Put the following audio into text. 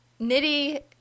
Knitty